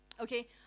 okay